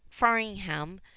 Faringham